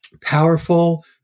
powerful